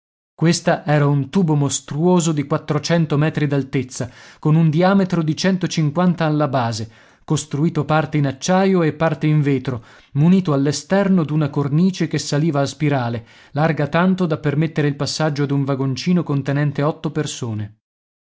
questa era un tubo mostruoso di quattrocento metri d'altezza con un diametro di centocinquanta alla base costruito parte in acciaio e parte in vetro munito all'esterno d'una cornice che saliva a spirale larga tanto da permettere il passaggio ad un vagoncino contenente otto persone